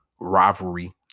rivalry